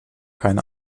keine